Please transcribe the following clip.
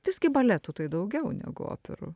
visgi baletų tai daugiau negu operų